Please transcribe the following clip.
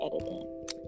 editing